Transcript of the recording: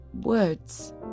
words